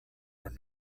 were